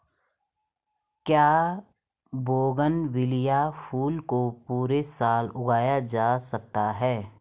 क्या बोगनविलिया फूल को पूरे साल उगाया जा सकता है?